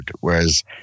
whereas